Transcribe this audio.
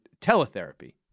teletherapy